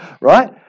Right